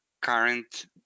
current